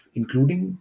including